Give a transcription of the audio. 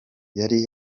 yari